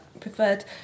preferred